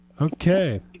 Okay